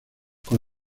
con